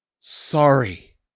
Sorry